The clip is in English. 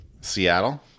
Seattle